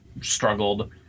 struggled